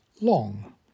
long